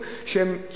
הצרכנים הגדולים,